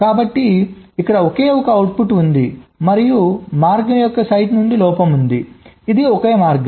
కాబట్టి ఇక్కడ ఒకే అవుట్పుట్ ఉంది మరియు మార్గం యొక్క సైట్ నుండి లోపం ఉంది ఇది ఒకే మార్గం